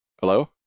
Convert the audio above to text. Hello